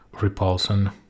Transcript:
repulsion